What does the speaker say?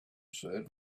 said